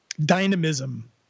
Dynamism